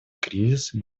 кризисы